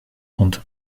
und